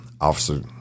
Officer